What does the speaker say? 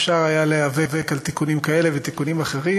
אפשר היה להיאבק על תיקונים כאלה ותיקונים אחרים,